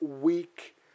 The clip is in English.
week